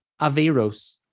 averos